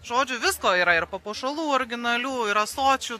žodžiu visko yra ir papuošalų originalių ir ąsočių